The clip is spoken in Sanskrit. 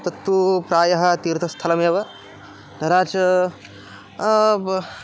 तत्तु प्रायः तीर्थस्थलमेव तथा च बहु